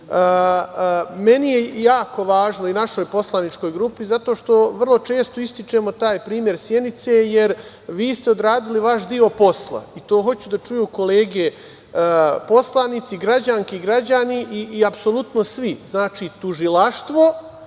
je jako važno i našoj poslaničkoj grupi, zato što vrlo često ističemo taj primer Sjenice, jer vi ste odradili vaš deo posla. To hoću da čuju kolege poslanici, građanke i građani i apsolutno svi. Znači tužilaštvo